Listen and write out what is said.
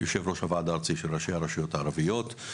ויושב ראש הוועד הארצי לראשי הרשויות המקומיות הערביות.